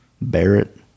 Barrett